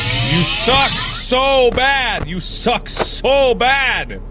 you suck so bad. you suck so bad.